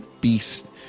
beast